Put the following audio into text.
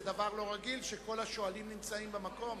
זה דבר לא רגיל שכל השואלים נמצאים במקום.